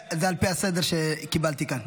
זה על פי הסדר שקיבלתי כאן.